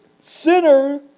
sinner